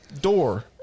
door